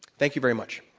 thank you very much.